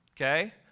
okay